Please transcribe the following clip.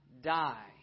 die